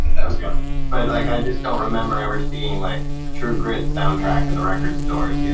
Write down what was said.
kind of but like i just don't remember ever seeing like true grit soundtrack in the record stores. you know